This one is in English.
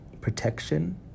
protection